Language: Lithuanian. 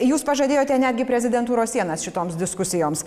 jūs pažadėjote netgi prezidentūros sienas šitoms diskusijoms